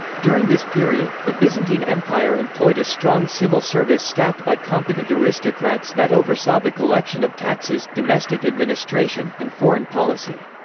during this period, the byzantine empire employed a strong civil service staffed by competent aristocrats that oversaw the collection of taxes, domestic administration, and foreign policy.